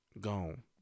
gone